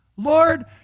Lord